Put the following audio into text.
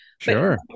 Sure